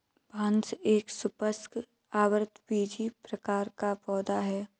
बांस एक सपुष्पक, आवृतबीजी प्रकार का पौधा है